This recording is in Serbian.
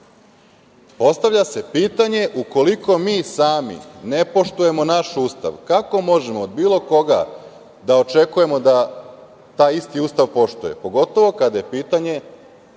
Postavlja se pitanje – ukoliko mi sami ne poštujemo naš Ustav, kako možemo od bilo koga da očekujemo da taj isti Ustav poštuje, pogotovo kada je pitanje